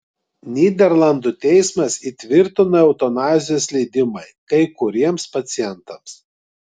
nyderlandų teismas įtvirtino eutanazijos leidimą kai kuriems pacientams